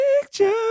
Picture